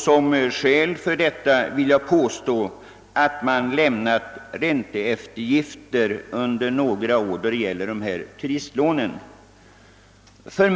Som skäl för denna uppfattning vill jag nämna att man lämnat ränteeftergift när det gäller turistlånen under några år.